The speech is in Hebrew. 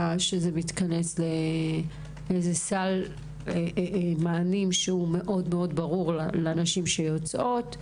שזה מתכנס לסל מענים שהוא ברור לנשים שיוצאות.